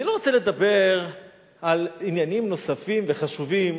אני לא רוצה לדבר על עניינים נוספים וחשובים